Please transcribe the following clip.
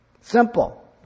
Simple